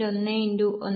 1 x 1